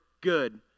good